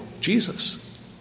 Jesus